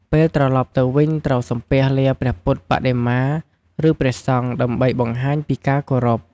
ពេលត្រឡប់ទៅវិញ ត្រូវសំពះលាព្រះពុទ្ធបដិមា ឬព្រះសង្ឃ ដើម្បីបង្ហាញពីការគោរព។